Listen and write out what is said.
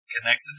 connected